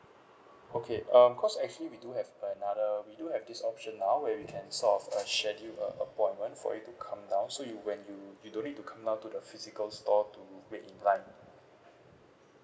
okay um cause actually we do have another we do have this option now where we can sort of uh schedule a appointment for you to come down so you when you you don't need to come down to the physical store to wait in line